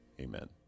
Amen